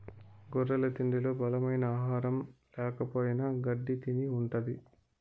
గొర్రెల తిండిలో బలమైన ఆహారం ల్యాకపోయిన గెడ్డి తిని ఉంటది